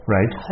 Right